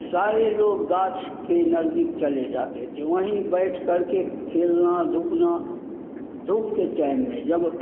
सारे लोग गाछ के नज़दीक चले जाते थे वहीं बैठकर के खेलना धुपना धूप के टैम में जब